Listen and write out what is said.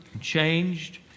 changed